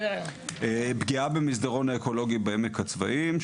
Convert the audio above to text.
פגיעה במסדרון האקולוגי בעמק הצבאים,